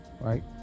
Right